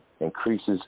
increases